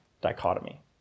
dichotomy